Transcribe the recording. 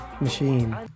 Machine